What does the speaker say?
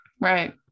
right